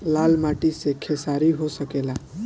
लाल माटी मे खेसारी हो सकेला?